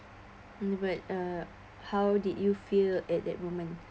but uh how did you feel at that moment